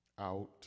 out